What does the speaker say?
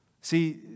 See